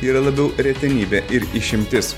yra labiau retenybė ir išimtis